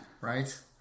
Right